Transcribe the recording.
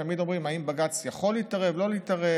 תמיד אומרים: האם בג"ץ יכול להתערב?